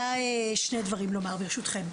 אני רוצה שני דברים לומר, ברשותכם.